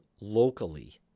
locally